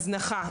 הזנחה,